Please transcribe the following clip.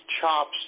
chops